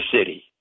City